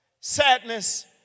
sadness